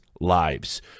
lives